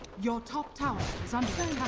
your top ten some